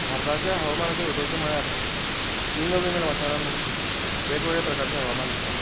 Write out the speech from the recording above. भारताच्या हवामानाचेर उलोवचें म्हळ्यार विंगड विंगड वाठारांनी वेगवेगळें प्रकाराचें हवामान आसता